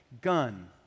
gun